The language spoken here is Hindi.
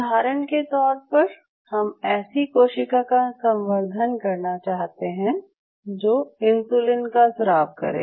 उदाहरण के तौर पर हम ऐसी कोशिका का संवर्धन करना चाहते हैं जो इंसुलिन का स्राव करे